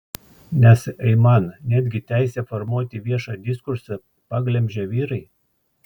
nes aiman netgi teisę formuoti viešą diskursą paglemžė vyrai